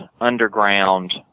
underground